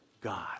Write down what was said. God